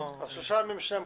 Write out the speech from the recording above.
שלושה ימים בשני המקומות.